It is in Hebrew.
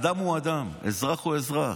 אדם הוא אדם, אזרח הוא אזרח.